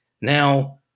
Now-